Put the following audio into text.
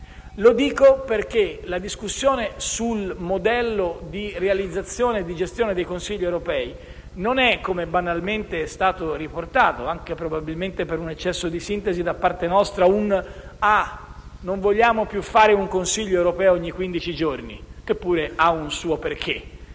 questo perché la discussione sul modello di realizzazione e gestione dei Consigli europei non riguarda, come banalmente è stato riportato, anche forse per un eccesso di sintesi da parte nostra, il non voler fare un Consiglio europeo ogni quindici giorni - che pure ha un suo perché